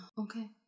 Okay